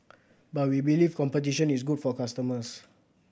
but we believe competition is good for customers